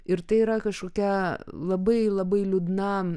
ir tai yra kažkokia labai labai liūdna